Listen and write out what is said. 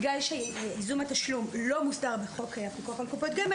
בגלל שייזום התשלום לא מוסדר בחוק הפיקוח על קופות גמל,